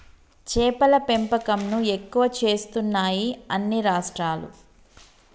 చేపల పెంపకం ను ఎక్కువ చేస్తున్నాయి అన్ని రాష్ట్రాలు